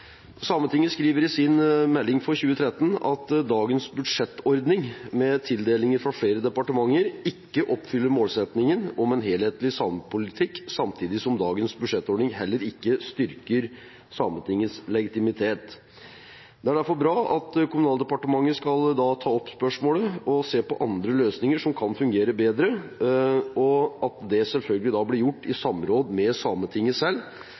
Sametinget skriver i sin melding for 2013 at dagens budsjettordning med tildelinger fra flere departementer ikke oppfyller målsettingen om en helhetlig samepolitikk, samtidig som dagens budsjettordning heller ikke bidrar til å styrke Sametingets legitimitet. Det er derfor bra at Kommunal- og moderniseringsdepartementet skal ta opp spørsmålet og se på andre løsninger som kan fungere bedre – selvfølgelig i samråd med Sametinget selv.